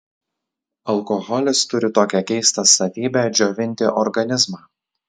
alkoholis turi tokią keistą savybę džiovinti organizmą